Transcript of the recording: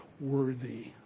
worthy